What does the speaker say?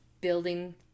building